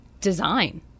Design